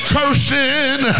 cursing